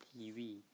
TV